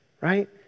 right